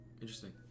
Interesting